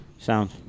Sound